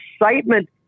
excitement